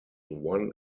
one